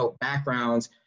backgrounds